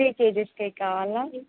three kgs cake కావాలా